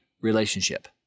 relationship